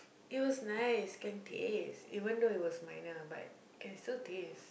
it was nice can taste even though it was mild ah but can still taste